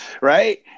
right